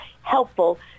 helpful